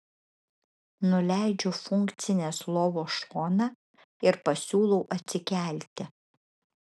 nuleidžiu funkcinės lovos šoną ir pasiūlau atsikelti